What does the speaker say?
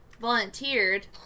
volunteered